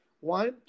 One